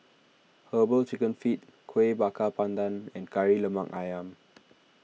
Herbal Chicken Feet Kuih Bakar Pandan and Kari Lemak Ayam